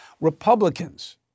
Republicans